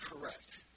correct